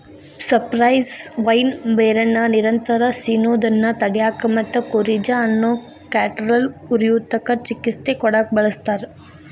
cypress vine ಬೇರನ್ನ ನಿರಂತರ ಸಿನೋದನ್ನ ತಡ್ಯಾಕ ಮತ್ತ ಕೋರಿಜಾ ಅನ್ನೋ ಕ್ಯಾಟರಾಲ್ ಉರಿಯೂತಕ್ಕ ಚಿಕಿತ್ಸೆ ಕೊಡಾಕ ಬಳಸ್ತಾರ